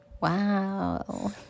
Wow